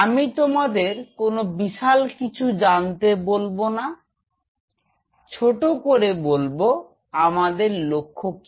আমি তোমাদের কোন বিশাল কিছু জানতে বলবো না ছোট করে আমাদের লক্ষ্য কি